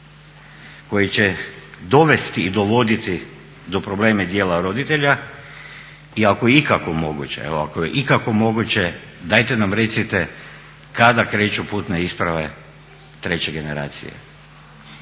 koji će dovesti i dovoditi do problema dijela roditelja i ako je ikako moguće, evo ako je ikako moguće dajte nam recite kada kreću putne isprave treće generacije